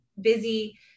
busy